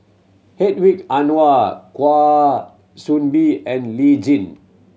Hedwig Anuar Kwa Soon Bee and Lee Tjin